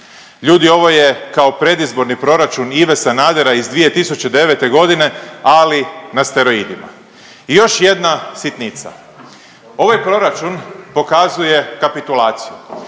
Ljudi, ovo je kao predizborni proračun Ive Sanadera iz 2009. g., ali na steroidima i još jedna sitnica. Ovaj proračun pokazuje kapitulaciju.